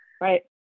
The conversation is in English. Right